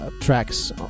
tracks